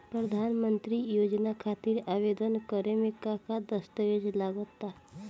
प्रधानमंत्री योजना खातिर आवेदन करे मे का का दस्तावेजऽ लगा ता?